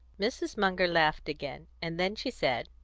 mrs. munger laughed again, and then she said,